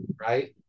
right